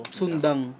sundang